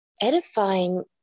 Edifying